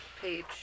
page